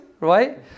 right